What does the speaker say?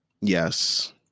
Yes